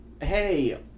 hey